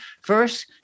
First